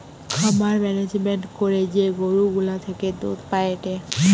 খামার মেনেজমেন্ট করে যে গরু গুলা থেকে দুধ পায়েটে